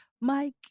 Mike